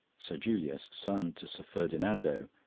sir julius, son to sir ferdinando,